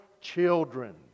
children